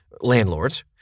landlords